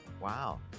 Wow